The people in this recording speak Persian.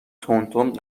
تندتند